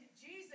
Jesus